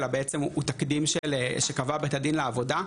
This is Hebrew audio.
הוא בעצם תקדים שקבע בית הדין לעבודה,